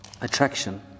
attraction